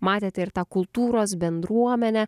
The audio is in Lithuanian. matėte ir tą kultūros bendruomenę